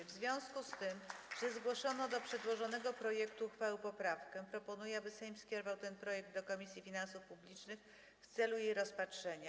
W związku z tym, że zgłoszono do przedłożonego projektu uchwały poprawkę, proponuję, aby Sejm skierował ten projekt do Komisji Finansów Publicznych w celu jej rozpatrzenia.